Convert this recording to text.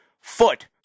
foot